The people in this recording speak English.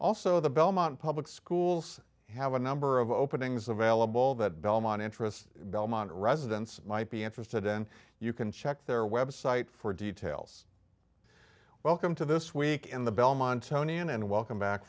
also the belmont public schools have a number of openings available that belmont interest belmont residents might be interested in you can check their website for details welcome to this week in the belmont tony and welcome back